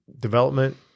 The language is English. development